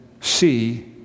see